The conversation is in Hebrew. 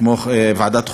כמו ועדת חוקה,